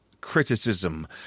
criticism